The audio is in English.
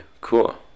cool